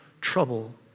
trouble